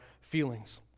feelings